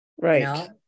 right